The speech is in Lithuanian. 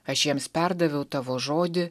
aš jiems perdaviau tavo žodį